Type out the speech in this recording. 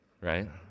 right